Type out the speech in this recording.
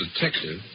detective